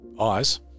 Eyes